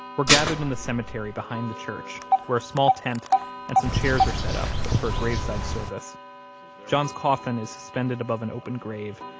we're gathered in the cemetery behind the church, where a small tent and some chairs are set up for a graveside service john's coffin is suspended above an open grave,